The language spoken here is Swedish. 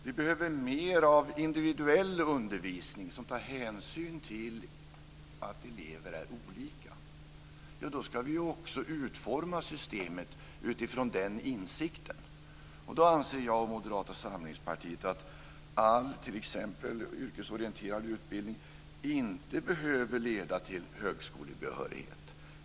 Vi behöver mer av individuell undervisning som tar hänsyn till att elever är olika. Då ska vi också utforma systemet utifrån den insikten. Då anser jag och Moderata samlingspartiet att t.ex. all yrkesorienterad utbildning inte behöver leda till högskolebehörighet.